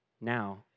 now